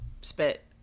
spit